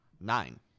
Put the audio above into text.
nine